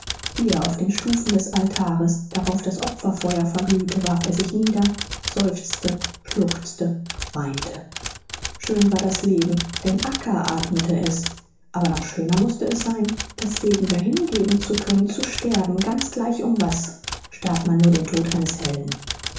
hier auf den stufen des altars darauf das opferfeuer verglühte warf er sich nieder seufzte schluchzte weinte schön war das leben denn acca athmete es aber noch schöner mußte es sein das leben dahingeben zu können zu sterben ganz gleich um was starb man nur den tod eines helden